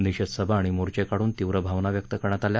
निषेध सभा आणि मोर्चे काढून तीव्र भावना व्यक्त करण्यात आल्या